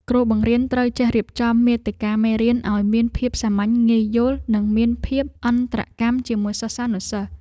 គ្រូបង្រៀនត្រូវចេះរៀបចំមាតិកាមេរៀនឱ្យមានភាពសាមញ្ញងាយយល់ និងមានភាពអន្តរកម្មជាមួយសិស្សានុសិស្ស។